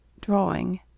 Drawing